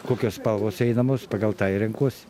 kokios spalvos eidamos pagal tą ir renkuosi